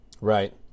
Right